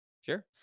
Sure